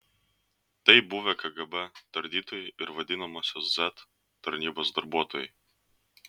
tai buvę kgb tardytojai ir vadinamosios z tarnybos darbuotojai